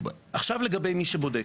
עכשיו הערה לגבי מי שבודק.